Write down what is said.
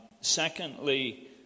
secondly